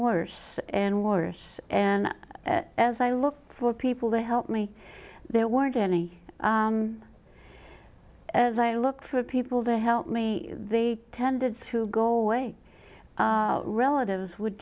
worse and worse and as i look for people to help me there weren't any as i look for people that help me they tended to go away relatives would